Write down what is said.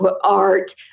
art